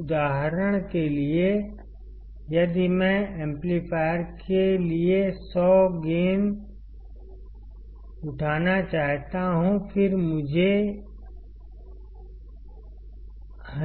उदाहरण के लिए यदि मैं एम्पलीफायर के लिए 100 का गेन उठाना चाहता हूं फिर मुझे